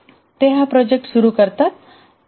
ते हा प्रोजेक्ट सुरू करतात